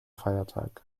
feiertag